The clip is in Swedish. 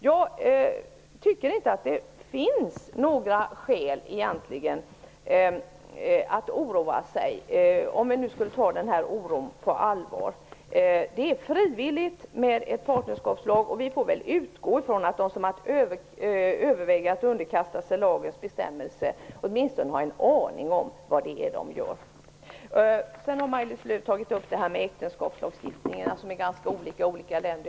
Jag tycker att det egentligen inte finns några skäl att oroa sig. Tillämpningen av parnerskapslagen är frivillig, och vi får väl utgå från att de som har övervägt att underkasta sig lagens bestämmelser åtminstone har en aning om vad det är de gör. Maj-Lis Lööw tog upp äktenskapslagstiftningen, som är ganska olika i olika länder.